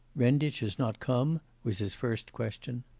renditch has not come was his first question.